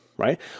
right